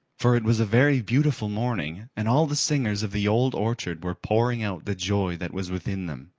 for it was a very beautiful morning and all the singers of the old orchard were pouring out the joy that was within them.